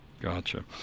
gotcha